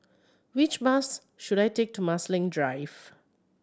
which bus should I take to Marsiling Drive